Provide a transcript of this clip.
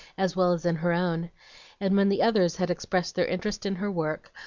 as well as in her own and when the others had expressed their interest in her work,